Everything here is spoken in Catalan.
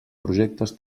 projectes